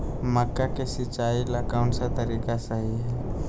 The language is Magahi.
मक्का के सिचाई ला कौन सा तरीका सही है?